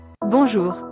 Bonjour